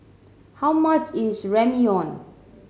how much is Ramyeon